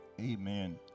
Amen